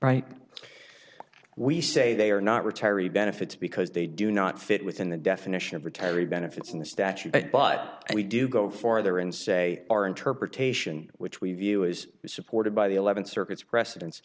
right we say they are not retiree benefits because they do not fit within the definition of retiree benefits in the statute but we do go farther and say our interpretation which we view is supported by the eleventh circuit's preceden